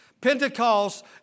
Pentecost